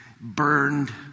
burned